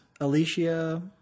Alicia